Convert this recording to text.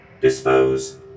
Dispose